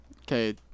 Okay